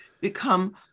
become